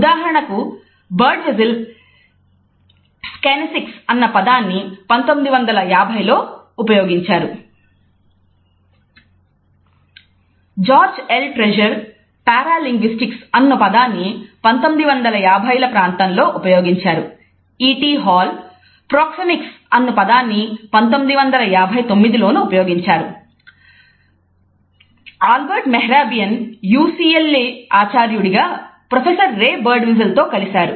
ఉదాహరణకు Birdwhistell kinesics అన్న పదాన్ని 1950లో ఉపయోగించారు